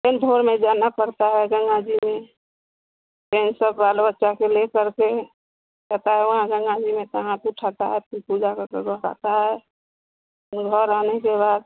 फ़िर भोर में जाना पड़ता है गंगा जी में फ़िर सब बाल बच्चा के लेकर के जाता है वहाँ गंगा जी में ता हाथ उठता है और फ़िर पूजा का है घर आने के बाद